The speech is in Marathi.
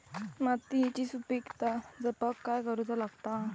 मातीयेची सुपीकता जपाक काय करूचा लागता?